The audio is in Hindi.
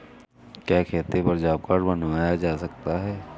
क्या खेती पर जॉब कार्ड बनवाया जा सकता है?